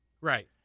Right